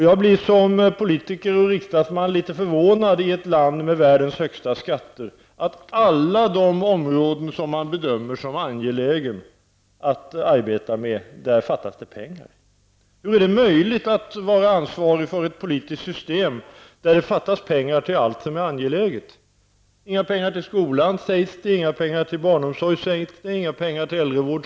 Jag blir som politiker och riksdagsman i ett land med världens högsta skatter litet förvånad över att det på alla de områden som man bedömer som angelägna att arbeta med fattas pengar. Hur är det möjligt att vara ansvarig för ett politiskt system där det fattas pengar till allt som är angeläget? Det sägs att det inte finns några pengar till vare sig skola, barnomsorg eller äldrevård.